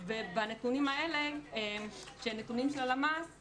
ובנתונים האלה שהם נתונים של הלשכה המרכזית לסטטיסטיקה,